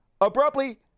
abruptly